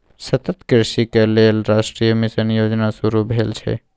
सतत कृषिक लेल राष्ट्रीय मिशन योजना शुरू भेल छै